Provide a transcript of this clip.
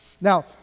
Now